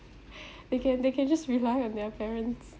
they can they can just rely on their parents